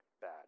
bad